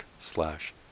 slash